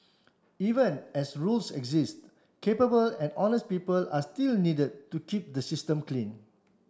even as rules exist capable and honest people are still needed to keep the system clean